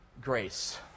Grace